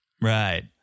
Right